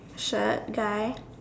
shirt guy